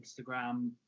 Instagram